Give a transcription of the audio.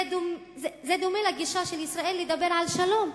זה דומה לגישה של ישראל לדבר על שלום,